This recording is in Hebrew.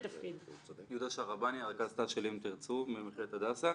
יהודה שהרבני, הרכז של אם תרצו, ממכללת הדסה.